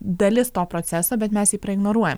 dalis to proceso bet mes jį praignoruojam